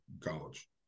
college